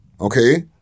okay